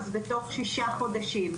אז בתוך שישה חודשים.